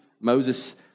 Moses